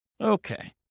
Okay